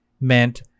meant